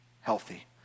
healthy